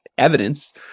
evidence